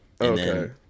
okay